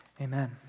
Amen